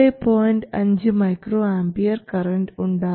5 µA current ഉണ്ടാകും